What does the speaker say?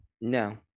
No